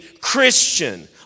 Christian